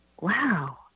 wow